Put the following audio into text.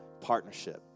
partnership